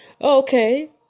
Okay